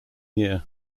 year